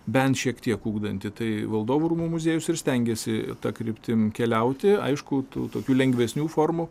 bent šiek tiek ugdanti tai valdovų rūmų muziejus ir stengiasi ta kryptim keliauti aišku tų tokių lengvesnių formų